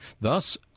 Thus